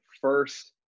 first